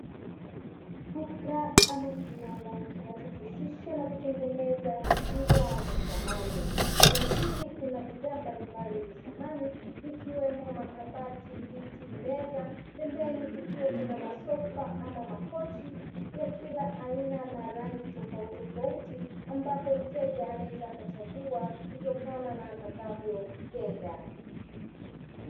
Duka ama kiwanda kinachojihusisha na kutengeneza bidhaa za samani. Eneo hili kuna bidhaa mbalimbali za samani, ikiwemo: makabati, viti, meza, pembeni kukiwa kuna masofa ama makochi ya kila aina na rangi tofautitofauti, ambapo mteja anaweza akachagua kutokana na atakavyopenda.